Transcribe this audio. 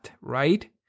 right